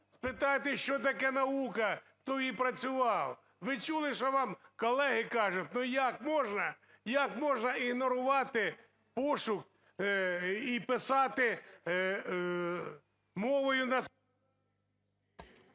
Спитайте, що таке наука, хто в ній працював. Ви чули, що вам колеги кажуть: ну як можна, як можна ігнорувати пошук і писати мовою…